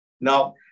Now